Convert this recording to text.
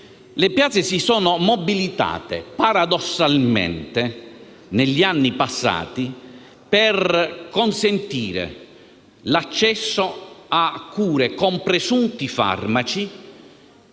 le piazze si sono mobilitate, paradossalmente, per consentire l'accesso a cure con presunti farmaci